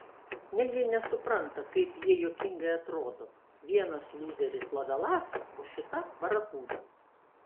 negi nesupranta kaip jie juokingai atrodo vienas lūzeris lovelasas o šita barakuda